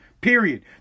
period